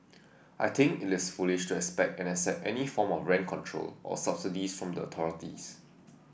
I think it is foolish to expect and accept any form of rent control or subsidies from the authorities